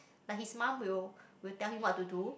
like his mum will will tell him what to do